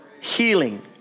healing